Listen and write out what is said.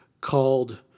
called